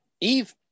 Eve